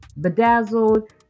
bedazzled